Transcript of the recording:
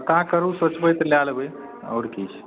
का करू सोचबै तऽ लै लेबै आओर की